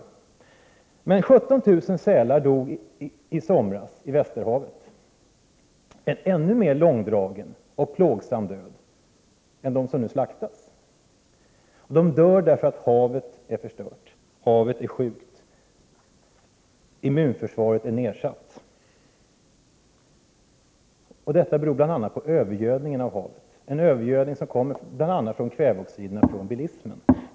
I somras dog 17 000 sälar i Västerhavet en ännu mer långdragen och plågsam död. Dessa sälar dör till följd av att havet är förstört. Havet är sjukt. Sälarnas immunförsvar är nedsatt, vilket beror på bl.a. övergödningen av havet — en övergödning som härrör från kväveoxiderna, vilka ingår i utsläppen från bilismen.